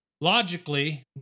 logically